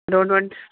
road वोड